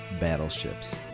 battleships